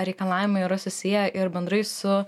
reikalavimai yra susiję ir bendrai su